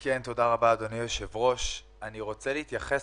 אני רוצה להתייחס